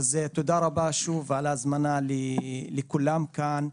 תודה רבה שוב על ההזמנה לכולם כאן,